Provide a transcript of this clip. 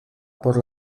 por